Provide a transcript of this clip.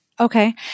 Okay